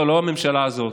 לא, לא הממשלה הזאת.